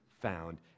found